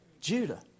Judah